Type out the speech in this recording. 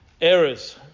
errors